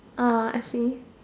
ah I see